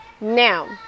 now